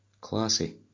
Classy